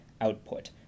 output